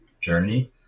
journey